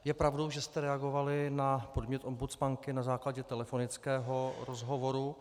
Je pravdou, že jste reagovali na podnět ombudsmanky na základě telefonického rozhovoru?